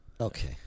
Okay